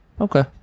Okay